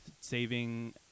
saving